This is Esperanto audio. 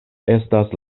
estas